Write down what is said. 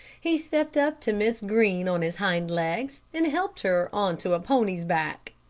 he stepped up to miss green on his hind legs, and helped her on to a pony's back.